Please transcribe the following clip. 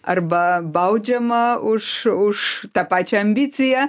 arba baudžiama už už tą pačią ambiciją